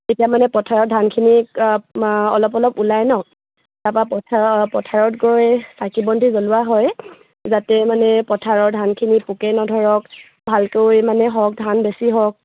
এতিয়া মানে পথাৰৰ ধানখিনিক অলপ অলপ ওলাই নহ্ তাৰপৰা পথাৰ পথাৰত গৈ চাকি বন্তি জ্বলোৱা হয় যাতে মানে পথাৰৰ ধানখিনি পোকে নধৰক ভালকৈ মানে হওক ধান বেছি হওক